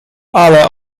ale